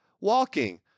walking